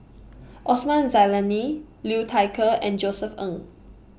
Osman Zailani Liu Thai Ker and Josef Ng